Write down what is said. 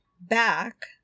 back